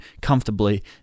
comfortably